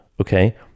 okay